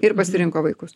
ir pasirinko vaikus